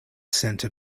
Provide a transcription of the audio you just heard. center